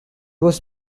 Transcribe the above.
was